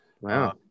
Wow